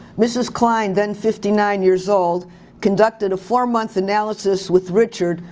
mrs. klein then fifty nine years old conducted a four month analysis with richard,